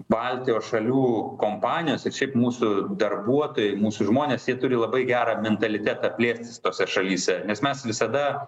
baltijos šalių kompanijos ir šiaip mūsų darbuotojai mūsų žmonės jie turi labai gerą mentalitetą plėstis tose šalyse nes mes visada